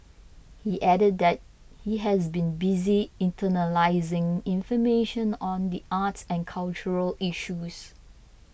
he added that he has been busy internalising information on the arts and cultural issues